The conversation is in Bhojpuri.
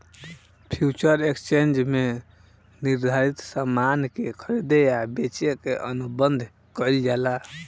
फ्यूचर एक्सचेंज में निर्धारित सामान के खरीदे आ बेचे के अनुबंध कईल जाला